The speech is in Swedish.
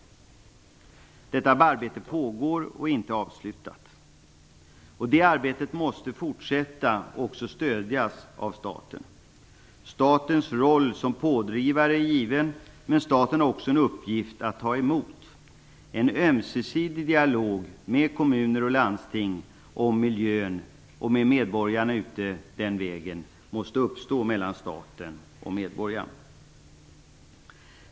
Detta arbete pågår och är inte avslutat. Det arbetet måste fortsätta och måste stödjas av staten. Statens roll som pådrivare är given, men staten har också en uppgift att ta emot. En ömsesidig dialog om miljön måste uppstå mellan staten och kommuner och landsting och mellan staten och medborgarna.